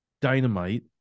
Dynamite